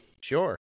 Sure